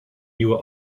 nieuwe